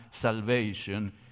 salvation